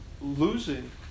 losing